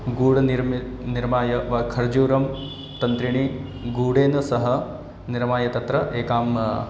गुडनिर्मि निर्माय वा खर्जूरं तन्त्रिणी गुडेन सह निर्माय तत्र एकां